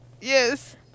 Yes